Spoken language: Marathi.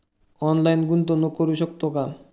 ऑनलाइन गुंतवणूक करू शकतो का?